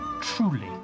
truly